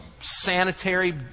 sanitary